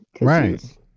right